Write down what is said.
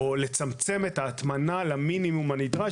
אנחנו רוצים לצמצם את ההטמנה למינימום הנדרש